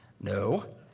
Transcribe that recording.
No